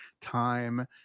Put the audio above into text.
time